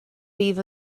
fydd